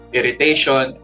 Irritation